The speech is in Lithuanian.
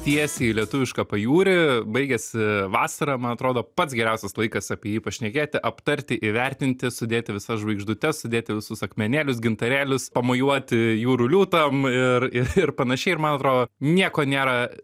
tiesiai į lietuvišką pajūrį baigėsi vasara man atrodo pats geriausias laikas apie jį pašnekėti aptarti įvertinti sudėti visas žvaigždutes sudėti visus akmenėlius gintarėlius pamojuoti jūrų liūtam ir ir panašiai ir man atrodo nieko nėra